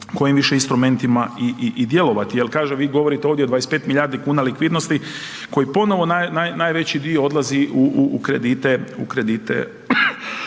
kojim više instrumentima i djelovati. Jer vi govorite ovdje o 25 milijardi kuna likvidnosti koji ponovo najveći dio odlazi u kredite